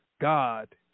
God